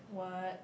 what